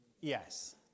Yes